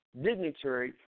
Dignitary